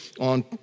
on